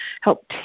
help